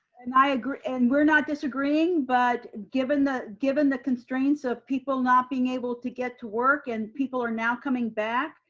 and i agree, and we're not disagreeing but given the given the constraints of people not being able to get to work and people are now coming back.